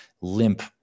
limp